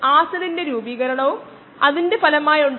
v ∆S∆t ഈ സാഹചര്യത്തിൽ ആദ്യത്തെ കേസ് 0ന് 1